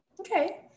Okay